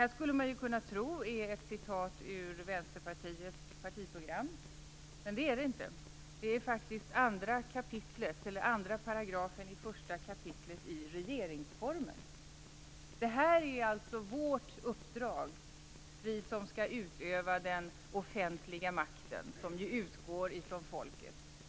Man skulle kunna tro att det här är ett citat ur Vänsterpartiets partiprogram, men det är det inte. Det är faktiskt 1 kap. 2 § i regeringsformen. Det här är alltså uppdraget för oss som skall utöva den offentliga makten, som ju utgår från folket.